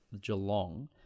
Geelong